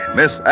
Miss